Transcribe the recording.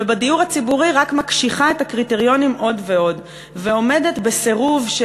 ובדיור הציבורי רק מקשיחה את הקריטריונים עוד ועוד ועומדת בסירוב,